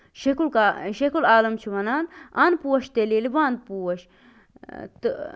شیخ اُل کا شیخ اُلعالم چھُ وَنان اَن پوٚشہِ تیٚلہِ ییٚلہِ وَن پوٚش تہٕ